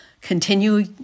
Continue